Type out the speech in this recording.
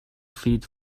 feed